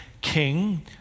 king